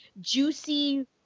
juicy